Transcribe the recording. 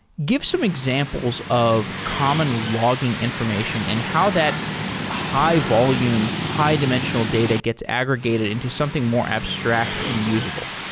give some examples of common logging information and how that high-volume, high dimensional data gets aggregated into something more abstract and usable.